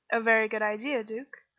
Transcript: a very good idea, duke.